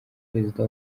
perezida